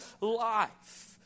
life